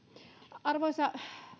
arvoisa